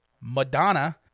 Madonna